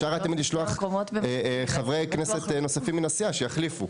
אפשר תמיד לשלוח חברי כנסת נוספים מן הסיעה שיחליפו.